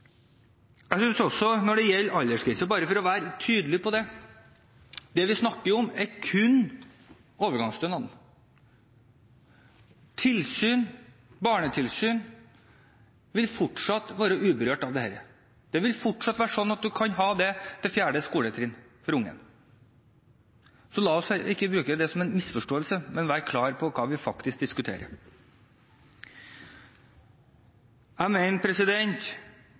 jeg ønsker ordninger som er gode og godt innrettet for dem som virkelig trenger hjelp til å komme seg tilbake til arbeidslivet, og som trenger de ordningene. Den oppryddingen gjør denne regjeringen nå. For å være tydelig på det som gjelder aldersgrense: Det vi snakker om, er kun overgangsstønaden. Barnetilsyn vil fortsatt være uberørt av dette. Det vil fortsatt være sånn at man kan få det til det fjerde klassetrinn for ungen. Så la oss ikke